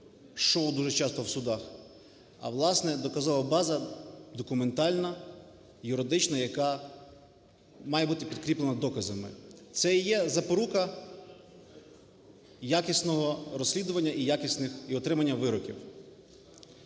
шоу дуже часто в судах, а, власне, доказова база документальна, юридична, яка має бути підкріплена доказами. Це і є запорука якісного розслідування і якісних... і отримання вироків.